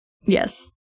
Yes